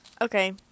Okay